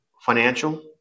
financial